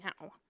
now